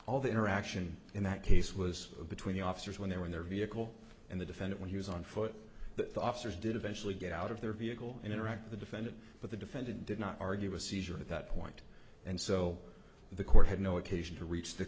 all the interaction in that case was between the officers when they were in their vehicle and the defendant when he was on foot the officers did eventually get out of their vehicle and interact the defendant but the defendant did not argue a seizure at that point and so the court had no occasion to reach the